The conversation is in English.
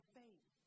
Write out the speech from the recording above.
faith